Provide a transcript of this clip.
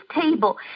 table